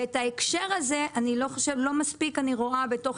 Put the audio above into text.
ואת ההקשר הזה אני לא מספיק רואה בתוך